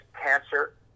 cancer